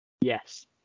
Yes